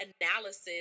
analysis